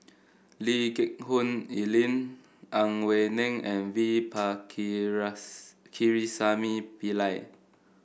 Lee Geck Hoon Ellen Ang Wei Neng and V Pakirisamy Pillai